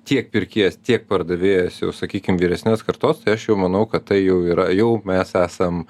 tiek pirkėjas tiek pardavėjas jau sakykim vyresnės kartos tai aš jau manau kad tai jau yra jau mes esam